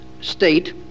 state